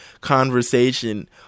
conversation